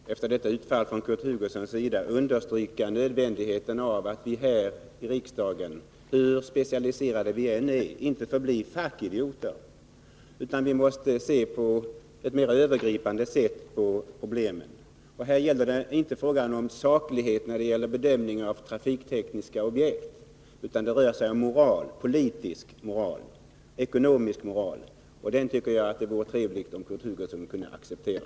Fru talman! Jag vill efter detta utfall från Kurt Hugossons sida understryka nödvändigheten av att vi här i riksdagen, hur specialiserade vi än är, inte får bli fackidioter, utan måste se på ett mera övergripande sätt på problemen. Här gäller det inte frågan om saklighet vid bedömningen av trafiktekniska objekt, utan om politisk och ekonomisk moral. Det tycker jag att det vore trevligt om Kurt Hugosson kunde acceptera.